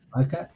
Okay